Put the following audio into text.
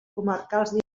comarcals